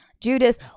Judas